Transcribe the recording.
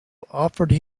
offered